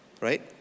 right